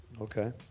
okay